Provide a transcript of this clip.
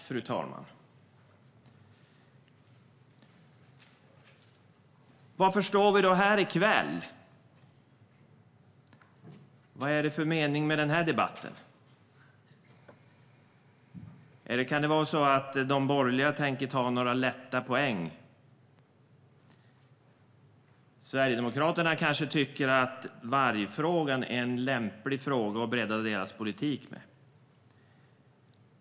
Fru talman! Varför står vi då här i kväll? Vad är det för mening med den här debatten? Kan det vara så att de borgerliga tänker ta några lätta poäng? Sverigedemokraterna kanske tycker att vargfrågan är en lämplig fråga att bredda sin politik med.